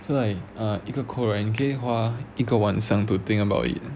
so like uh 一个 code right 你可以花一个晚上 to think about it